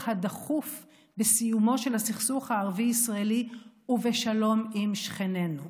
הדחוף בסיומו של הסכסוך הערבי ישראלי ובשלום עם שכנינו.